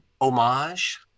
Homage